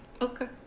Okay